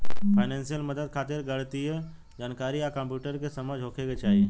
financial मदद खातिर गणितीय जानकारी आ कंप्यूटर के समझ होखे के चाही